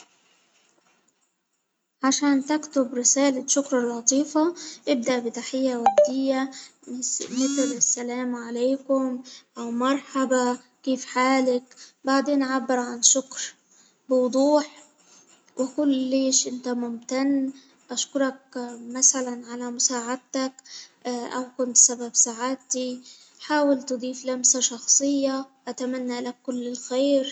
عشان تكتب رسالة شكر لطيفة إبدأ بتحية ودية نتل السلام عليكم، أومرحبا كيف حالك؟ بعدين عبر عن شكر بوضوح وقل له إنت ممتن، أشكرك مثلا على مساعدتك، أو كنت سبب سعادتي، حاول تضيف لمسة شخصية اتمنى لك كل الخير.